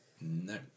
No